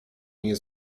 nie